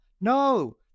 No